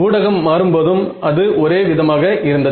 ஊடகம் மாறும் போதும் அது ஒரே விதமாகவே இருந்தது